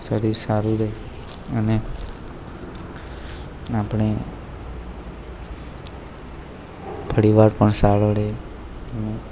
શરીર સારું રહે અને આપણો પરિવાર પણ સારો રહે અને